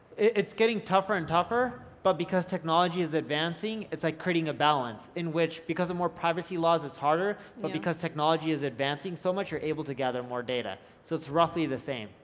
it's getting tougher and tougher but because technology is advancing, it's like creating a balance in which, because of more privacy laws it's harder but because technology is advancing so much, you're able to gather more data, so it's roughly the same.